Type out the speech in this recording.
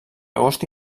agost